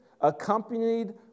accompanied